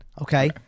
Okay